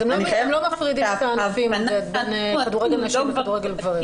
אז הם לא מפרידים את הענפים בין כדורגל נשים לכדורגל גברים.